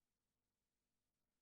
רגע.